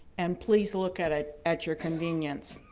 and please look at it at your convenience.